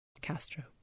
Castro